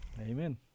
Amen